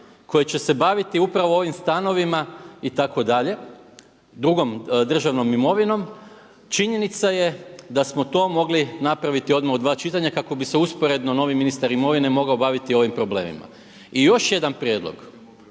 koje će se baviti upravo ovim stanovima itd., drugom državnom imovinom. Činjenica je da smo to mogli napraviti odmah u dva čitanja kako bi se usporedno novi ministar imovine mogao baviti ovim problemima. I još jedan prijedlog.